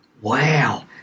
Wow